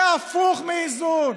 זה הפוך מאיזון,